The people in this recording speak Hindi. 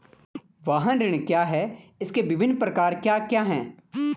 वाहन ऋण क्या है इसके विभिन्न प्रकार क्या क्या हैं?